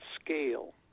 scale